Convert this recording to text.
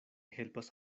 helpas